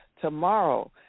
tomorrow